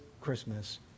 Christmas